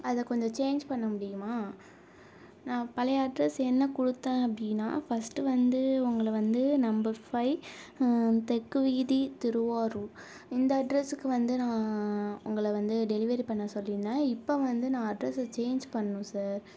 அதை கொஞ்ச சேஞ்ச் பண்ண முடியுமா நான் பழைய அட்ரஸ் என்ன கொடுத்த அப்படினா ஃபர்ஸ்ட் வந்து உங்களை வந்து நம்பர் பைவ் தெற்கு வீதி திருவாரூர் இந்த அட்ரஸ்க்கு வந்து நான் உங்களை வந்து டெலிவரி பண்ண சொல்லிருந்தேன் இப்போ வந்து நான் அட்ரஸ்ஸை சேஞ்ச் பண்ணனும் சார்